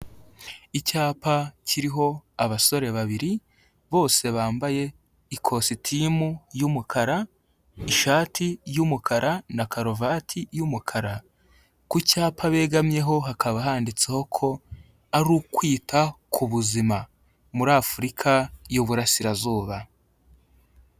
Icyapa kiriho abasore babiri bose bambaye ikositimu y'umukara, ishati y'umukara na karuvati y'umukara, ku cyapa begamyeho hakaba handitseho ko ari ukwita ku buzima muri Afurika y'uburasirazuba.